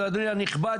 אדוני הנכבד,